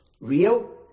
real